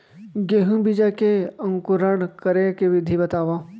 गेहूँ बीजा के अंकुरण करे के विधि बतावव?